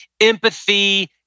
empathy